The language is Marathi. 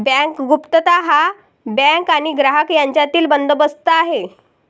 बँक गुप्तता हा बँक आणि ग्राहक यांच्यातील बंदोबस्त आहे